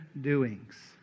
doings